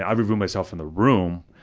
i've removed myself from the room,